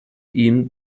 ihm